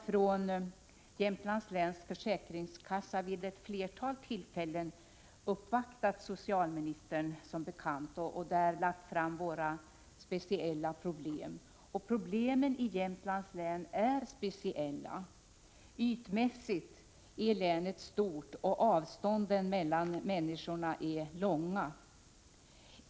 Från Jämtlands läns försäkringskassa har vi som bekant uppvaktat socialministern vid flera tillfällen och lagt fram våra speciella problem. Förhållandena i Jämtlands län är speciella. Länet är ytmässigt stort, och avstånden mellan människorna är stora.